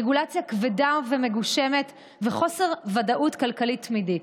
רגולציה כבדה ומגושמת וחוסר ודאות כלכלית תמידי.